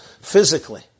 physically